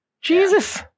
jesus